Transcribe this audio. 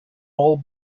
all